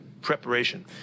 preparation